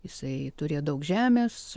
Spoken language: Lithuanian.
jisai turėjo daug žemės